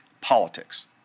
politics